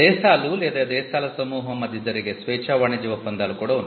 దేశాలు లేదా దేశాల సమూహం మధ్య జరిగే స్వేచ్ఛా వాణిజ్య ఒప్పందాలు కూడా ఉన్నాయి